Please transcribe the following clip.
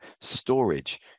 storage